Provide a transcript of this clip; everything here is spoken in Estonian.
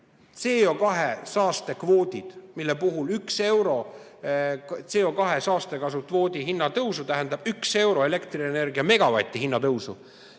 CO2saastekvoodid, mille puhul üks euro CO2saastekvoodi hinnatõusu tähendab üks euro elektrienergia megavati hinnatõusu,